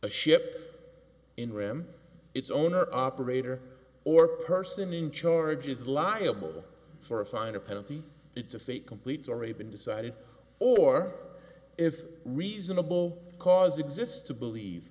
a ship in ram its owner operator or person in charge is liable for a fine a penalty it's a fate complete already been decided or if reasonable cause exists to believe